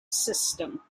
system